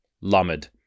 Lamed